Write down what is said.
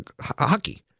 hockey